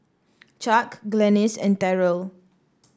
Chuck Glennis and Terrell